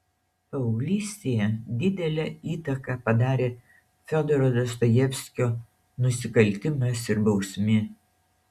paauglystėje didelę įtaką padarė fiodoro dostojevskio nusikaltimas ir bausmė